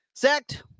sacked